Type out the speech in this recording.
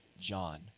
John